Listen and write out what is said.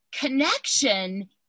connection